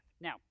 Now